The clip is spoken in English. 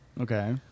Okay